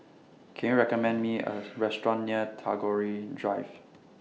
Can YOU recommend Me A Restaurant near Tagore Drive